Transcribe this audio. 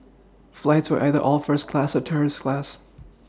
flights were either all first class or tourist class